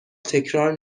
تکرار